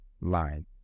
line